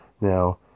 Now